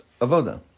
avoda